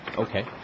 Okay